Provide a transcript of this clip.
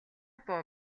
буу